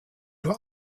nur